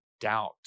Doubt